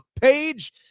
page